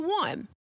one